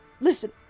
Listen